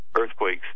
earthquakes